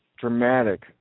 dramatic